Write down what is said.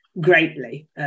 greatly